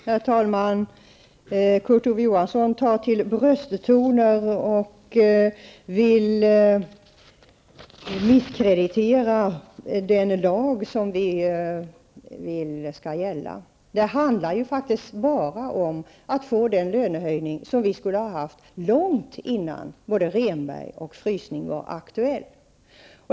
Herr talman! Kurt Ove Johansson tar till brösttoner och misskrediterar den lag som vi vill skall gälla. Det handlar faktiskt bara om att vi skall få den lönehöjning som vi skulle ha haft långt innan både Rehnbergsavtal och en frysning var aktuell.